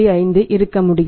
5 இருக்க முடியும்